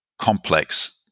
complex